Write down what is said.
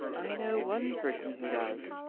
i know one person who does,